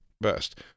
best